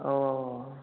औ औ औ